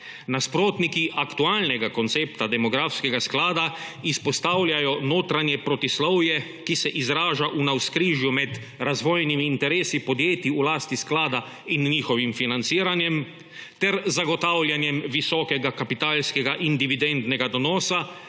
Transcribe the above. Nasprotniki aktualnega koncepta demografskega sklada izpostavljajo notranje protislovje, ki se izraža v navzkrižju med razvojnimi interesi podjetij v lasti sklada in njihovim financiranjem ter zagotavljanjem visokega kapitalskega in dividendnega donosa